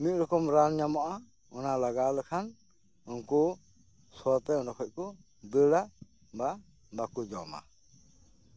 ᱢᱤᱫ ᱨᱚᱠᱚᱢ ᱨᱟᱱ ᱧᱟᱢᱚᱜᱼᱟ ᱚᱱᱟ ᱞᱟᱜᱟᱣ ᱞᱮᱠᱷᱟᱱ ᱩᱱᱠᱩ ᱥᱚ ᱛᱮ ᱚᱸᱰᱮ ᱠᱷᱚᱡ ᱠᱚ ᱫᱟᱹᱲᱟ ᱵᱟᱠᱚ ᱡᱚᱢᱟ